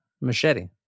machete